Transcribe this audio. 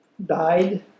died